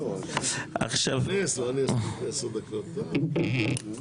לא --- אני עשר דקות, טוב.